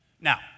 now